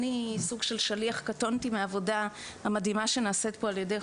אני שליח קטון מהעבודה המדהימה שנעשית פה על ידי כולם.